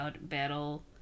battle